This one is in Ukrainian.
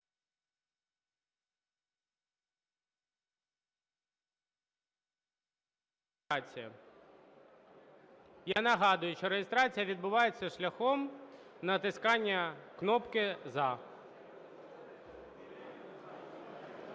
Я нагадую, що реєстрація відбувається шляхом натискання кнопки "за".